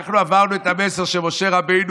אנחנו העברנו את המסר שמשה רבנו,